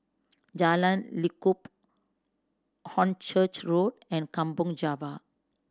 Jalan Lekub Hornchurch Road and Kampong Java